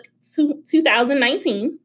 2019